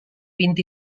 vint